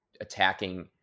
attacking